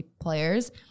players